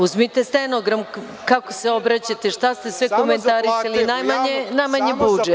Uzmite stenogram kako se obraćate, šta ste sve komentarisali, najmanje budžet.